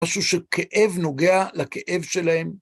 משהו שכאב נוגע לכאב שלהם.